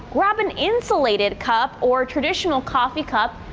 robin insulated cup or traditional coffee cup.